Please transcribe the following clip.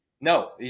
No